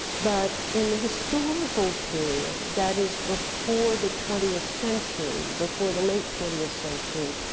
but in the historical period, that is before the twentieth century, before the late twentieth century,